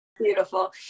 beautiful